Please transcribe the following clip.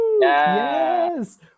yes